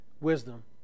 wisdom